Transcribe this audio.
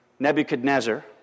Nebuchadnezzar